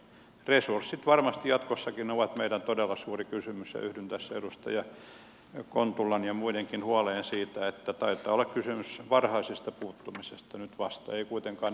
resurssit varmasti jatkossakin ovat meidän todella suuri kysymys ja yhdyn tässä edustaja kontulan ja muidenkin huoleen siitä että taitaa olla kysymys varhaisesta puuttumisesta nyt vasta ei kuitenkaan ennaltaehkäisystä